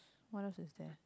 what else is there